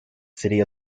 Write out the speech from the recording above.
city